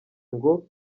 ngo